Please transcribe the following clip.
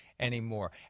Anymore